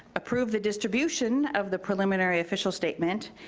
approve the distribution of the preliminary official statement,